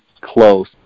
close